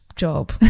job